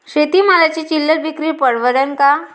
शेती मालाची चिल्लर विक्री परवडन का?